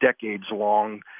decades-long